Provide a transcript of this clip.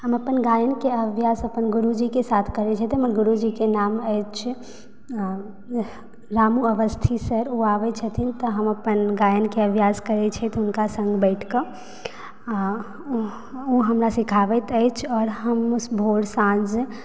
हम अपन गायनके अभ्यास अपन गुरुजीके साथ करै छथिन हमर गुरुजीके नाम अछि रामू अवस्थी सर ओ आबै छथिन तऽ हम अपन गायनके अभ्यास करैत छियनि हुनका सङ्ग बैठके आ ओ हमरा सिखाबैत अछि आओर हम भोर साँझ